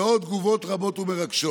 יש עוד תגובות רבות ומרגשות,